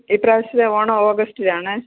ഇപ്രാവശ്യത്തെ ഓണം ഓഗസ്റ്റിലാണ്